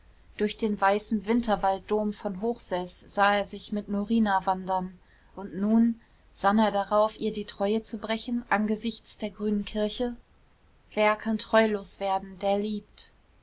durch den weißen winterwald dom von hochseß sah er sich mit norina wandern und nun sann er darauf ihr die treue zu brechen angesichts der grünen kirche wer kann treulos werden der liebt